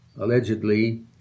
allegedly